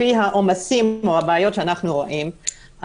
לפי העומסים והבעיות שאנחנו רואים,